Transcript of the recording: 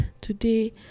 today